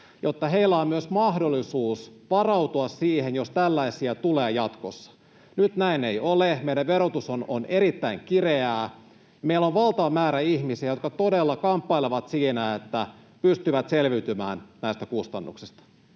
jotta heillä on myös mahdollisuus varautua siihen, jos tällaisia tulee jatkossa. Nyt näin ei ole, meidän verotuksemme on erittäin kireää. Meillä on valtava määrä ihmisiä, jotka todella kamppailevat, että pystyvät selviytymään näistä kustannuksista.